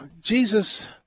Jesus